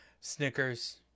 Snickers